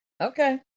Okay